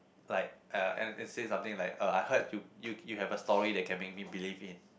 like uh and and say something like uh I heard you you you have a story that can make me believe in